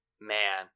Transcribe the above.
man